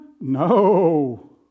No